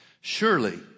surely